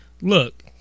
look